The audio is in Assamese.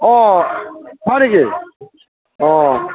অঁ হয় নেকি অঁ